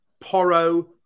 Porro